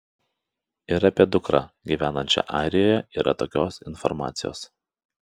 ir apie dukrą gyvenančią airijoje yra tokios informacijos